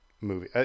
movie